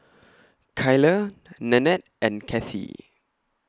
Kyler Nannette and Cathie